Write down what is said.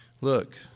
Look